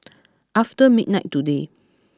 after midnight today